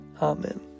Amen